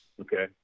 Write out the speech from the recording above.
Okay